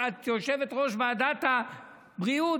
את יושבת-ראש ועדת הבריאות,